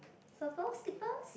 purple slippers